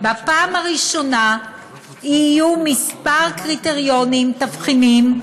בפעם הראשונה יהיו כמה קריטריונים, תבחינים,